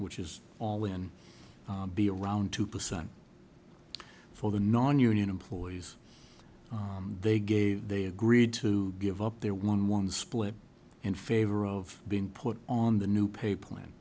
which is all and be around two percent for the nonunion employees they gave they agreed to give up their one one split in favor of being put on the new pay plan